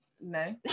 no